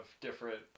different